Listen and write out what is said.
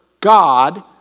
God